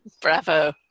Bravo